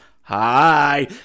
Hi